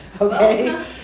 Okay